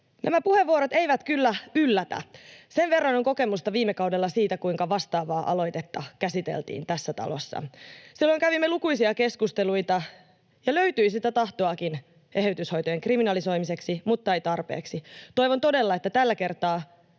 Nämä puheenvuorot eivät kyllä yllätä — sen verran on kokemusta viime kaudelta siitä, kuinka vastaavaa aloitetta käsiteltiin tässä talossa. Silloin kävimme lukuisia keskusteluita ja löytyi sitä tahtoakin eheytyshoitojen kriminalisoimiseksi, mutta ei tarpeeksi. Toivon todella, että tällä kertaa